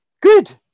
good